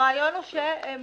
הרעיון הוא שהם